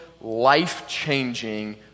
life-changing